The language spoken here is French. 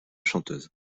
chanteuse